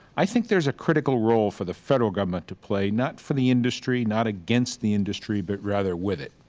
i think there is a critical role for the federal government to play, not for the industry, not against the industry, but rather with it.